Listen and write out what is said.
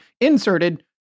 inserted